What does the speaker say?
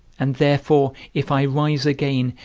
and therefore, if i rise again,